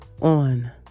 on